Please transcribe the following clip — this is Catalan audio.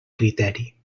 criteri